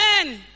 Amen